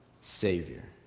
Savior